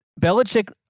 Belichick